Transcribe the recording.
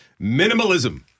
Minimalism